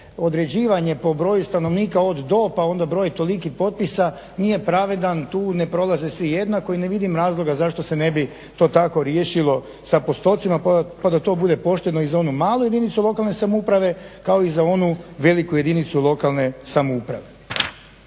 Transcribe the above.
određivanje po broju stanovnika od do, pa onda broj toliki potpisa nije pravedan, tu ne prolaze svi jednako i ne vidim razloga zašto se ne bi to tako riješilo sa postocima, pa da to bude pošteno i za onu malu jedinicu lokalne samouprave, kao i za onu veliku jedinicu lokalne samouprave.